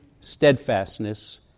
steadfastness